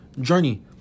journey